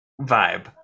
vibe